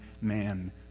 man